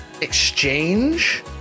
exchange